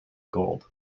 gold